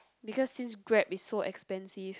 because since Grab is so expensive